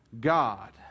God